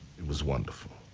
it was wonderful.